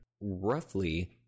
Roughly